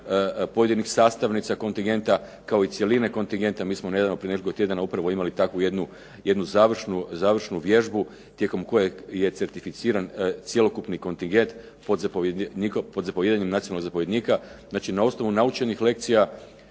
pojedinih sastavnica kontintenta kao i cjeline kontingenta. Mi smo nedavno prije nekoliko tjedana upravo imali takvu jednu završnu vježbu tijekom kojeg je certificiran cjelokupni kontingent pod zapovijedanjem nacionalnog zapovjednika. Znači, na osnovu naučenih lekcija